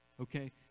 Okay